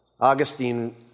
Augustine